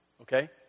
okay